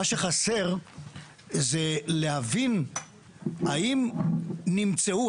מה שחסר זה להבין האם נמצאו,